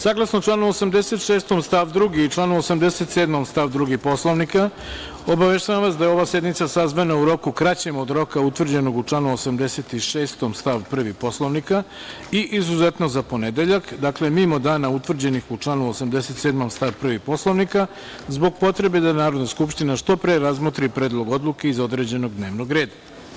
Saglasno članu 86. stav 2. i članu 87. stav 2. Poslovnika, obaveštavam vas da je ova sednica sazvana u roku kraćem od roka utvrđenog u članu 86. stav 1. Poslovnika i izuzetno za ponedeljak, dakle mimo dana utvrđenih u članu 87. stav 1. Poslovnika, zbog potrebe da Narodna skupština što pre razmotri Predlog odluke iz određenog dnevnog reda.